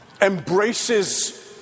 embraces